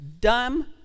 dumb